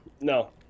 No